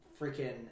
freaking